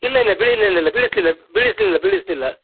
ಇಲ್ಲ ಇಲ್ಲ ಬೀಳಿ ಇಲ್ಲ ಇಲ್ಲ ಬೀಳಿಸಲಿಲ್ಲ ಬೀಳಿಸಲಿಲ್ಲ ಬೀಳಿಸಲಿಲ್ಲ